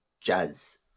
jazz